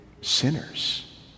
sinners